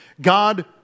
God